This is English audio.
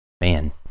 man